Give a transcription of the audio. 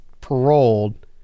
paroled